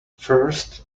first